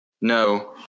No